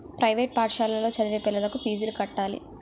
private పాఠశాలలో చదివే పిల్లలకు ఫీజులు కట్టాలి